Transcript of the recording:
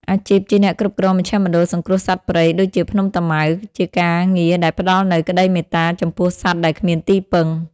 អាជីពជាអ្នកគ្រប់គ្រងមជ្ឈមណ្ឌលសង្គ្រោះសត្វព្រៃ ដូចជាភ្នំតាម៉ៅ ជាការងារដែលផ្ដល់នូវក្តីមេត្តាចំពោះសត្វដែលគ្មានទីពឹង។